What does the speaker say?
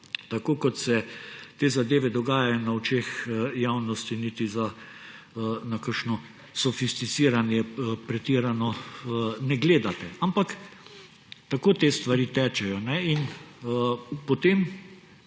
tako kot se te zadeve dogajajo na očeh javnosti, na kakšno sofisticiranje pretirano ne gledate. Ampak tako te stvari tečejo. In potem